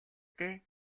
дээ